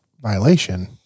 violation